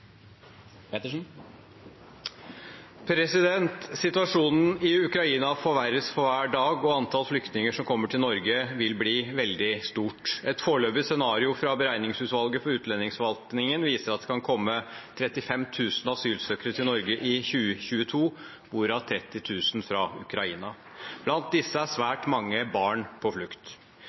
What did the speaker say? Situasjonen i Ukraina forverres for hver dag, og antall flyktninger som kommer til Norge, vil bli veldig stort. Et foreløpig scenario fra beregningsutvalget for utlendingsforvaltningen viser at det kan komme 35 000 asylsøkere til Norge i 2022, hvorav 30 000 fra Ukraina. Blant disse er svært mange barn på